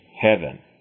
heaven